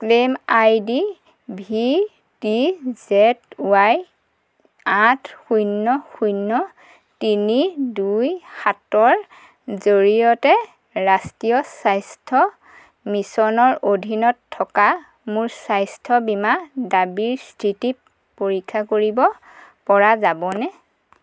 claim ID V T Z Y আঠ শূন্য শূন্য তিনি দুই সাতৰ জৰিয়তে ৰাষ্ট্ৰীয় স্বাস্থ্য মিছনৰ অধীনত থকা মোৰ স্বাস্থ্য বীমা দাবীৰ স্থিতি পৰীক্ষা কৰিব পৰা যাবনে